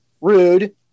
rude